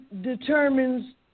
determines